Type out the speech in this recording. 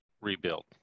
rebuild